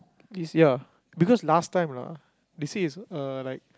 you see ah because last time ah they say is uh like